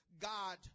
God